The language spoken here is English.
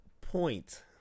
point